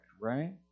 right